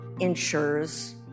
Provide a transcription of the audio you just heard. Ensures